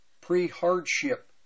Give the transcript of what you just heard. pre-hardship